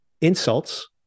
insults